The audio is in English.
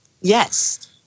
Yes